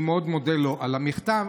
אני מאוד מודה לו על המכתב,